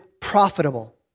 profitable